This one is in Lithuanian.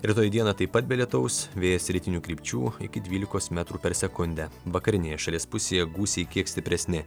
rytoj dieną taip pat be lietaus vėjas rytinių krypčių iki dvylikos metrų per sekundę vakarinėje šalies pusėje gūsiai kiek stipresni